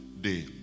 day